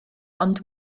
ond